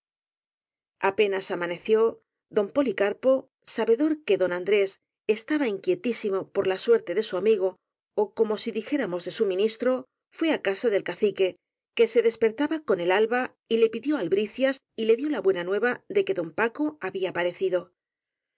apenas amaneció don policarpo sabedor de que don andrés estaba inquietísimo por la suerte de su amigo ó como si dijéramos de su ministro fué á casa del cacique que se despertaba con el alba y le pidió albricias y le dió la buena nueva de que don paco había parecido